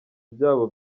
byabo